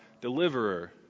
deliverer